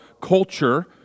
culture